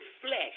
flesh